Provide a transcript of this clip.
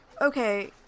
Okay